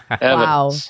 wow